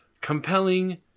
compelling